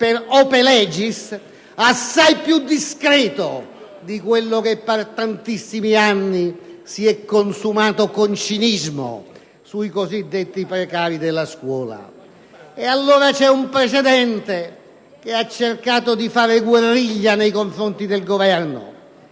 *ope legis*, di assai più discreto di quello che per tantissimi anni si è consumato con cinismo sui cosiddetti precari della scuola. C'è un precedente che ha cercato di fare guerriglia nei confronti del Governo: